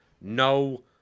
No